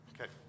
Okay